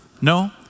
No